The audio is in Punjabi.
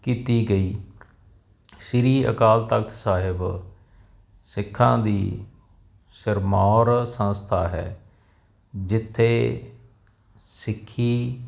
ਕੀਤੀ ਗਈ ਸ੍ਰੀ ਅਕਾਲ ਤਖਤ ਸਾਹਿਬ ਸਿੱਖਾਂ ਦੀ ਸਿਰਮੌਰ ਸੰਸਥਾ ਹੈ ਜਿੱਥੇ ਸਿੱਖੀ